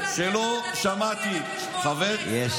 מרעישה, חברת הכנסת מיכל שיר.